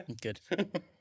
Good